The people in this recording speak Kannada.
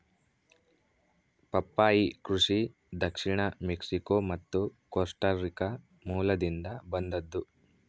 ಪಪ್ಪಾಯಿ ಕೃಷಿ ದಕ್ಷಿಣ ಮೆಕ್ಸಿಕೋ ಮತ್ತು ಕೋಸ್ಟಾರಿಕಾ ಮೂಲದಿಂದ ಬಂದದ್ದು